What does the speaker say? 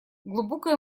глубокая